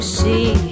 see